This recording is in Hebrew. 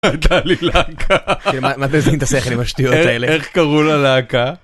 הדאלי לאקה. מה אתם מזיינים את השכל עם השטויות האלה? איך קראו ללהקה?